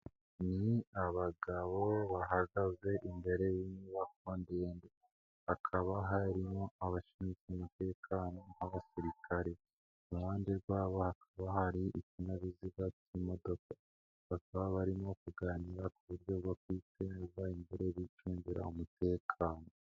Ni abagabo bahagaze imbere y'imiyubako ndende, hakaba harimo abashinzwe umutekano nk'abasirikare, iruhande rwabo hakaba hari ikinyabiziga cy'imodoka, bakaba barimo kuganira ku buryo bakwiteza imbere bicungira umutekano.